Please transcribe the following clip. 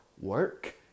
work